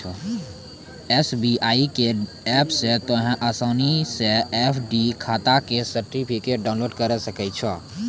SBI के app से तोंहें असानी से एफ.डी खाता के सर्टिफिकेट डाउनलोड करि सकै छो